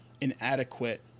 inadequate